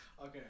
Okay